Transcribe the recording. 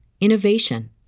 innovation